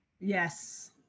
Yes